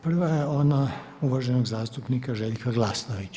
Prava je ona uvaženog zastupnika Željka Glasnovića.